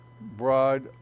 broad